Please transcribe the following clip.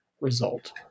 result